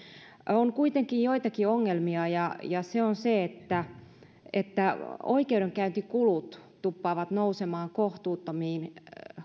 on kuitenkin joitakin ongelmia ja ja eräs on se että että oikeudenkäyntikulut tuppaavat nousemaan kohtuuttomiin